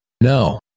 No